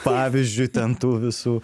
pavyzdžiui ten tų visų